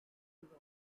europe